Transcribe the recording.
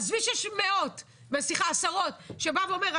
עזבי שיש עשרות - שבא ואומר,